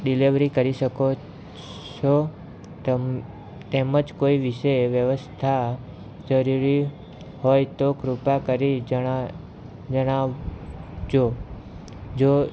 delivery કરી શકો સો તમે તેમ જ કોઈ વિષે વ્યવસ્થા જરૂરી હોય તો કૃપા કરી જણાવ જણાવજો જો